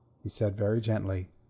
he said very gently,